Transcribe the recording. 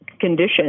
condition